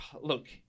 look